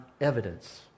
evidence